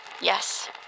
Yes